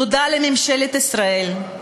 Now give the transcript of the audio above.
תודה לממשלת ישראל,